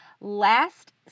Last